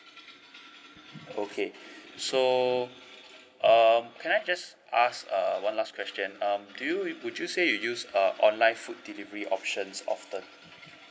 okay so uh can I just ask uh one last question um do you you would you say you use uh online food delivery options often